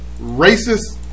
racist